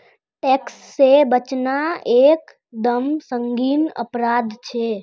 tax से बचना एक दम संगीन अपराध छे